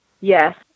Yes